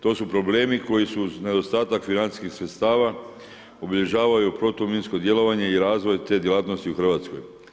To su problemi koji su uz nedostatak financijskih sredstava obilježavaju protuminsko djelovanje i razvoj te djelatnosti u Hrvatskoj.